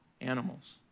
animals